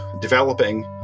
developing